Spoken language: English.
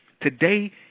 Today